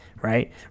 right